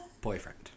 Boyfriend